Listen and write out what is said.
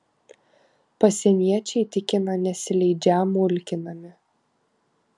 pasieniečiai tikina nesileidžią mulkinami